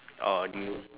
or do you